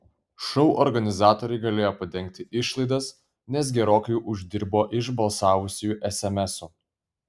šou organizatoriai galėjo padengti išlaidas nes gerokai uždirbo iš balsavusiųjų esemesų